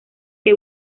que